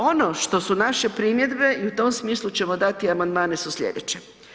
Ono što su naše primjedbe i u tom smislu ćemo dati amandmane su sljedeće.